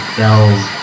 bells